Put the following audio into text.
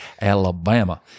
Alabama